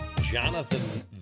Jonathan